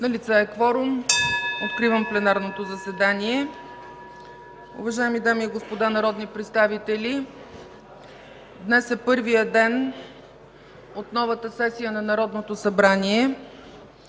Налице е кворум. Откривам пленарното заседание. (Звъни.) Уважаеми дами и господа народни представители, днес е първият ден от новата сесия на Народното събрание,